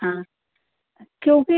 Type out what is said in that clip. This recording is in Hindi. हाँ क्योंकि